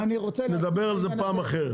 נדבר על זה פעם אחרת.